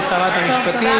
תודה רבה לשרת המשפטים.